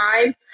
time